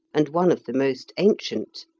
and one of the most ancient.